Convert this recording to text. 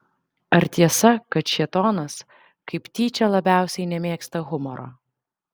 ar tiesa kad šėtonas kaip tyčia labiausiai nemėgsta humoro